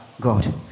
God